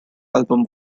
album